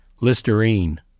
Listerine